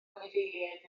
anifeiliaid